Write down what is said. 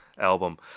album